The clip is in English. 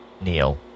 Neil